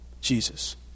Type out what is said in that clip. Jesus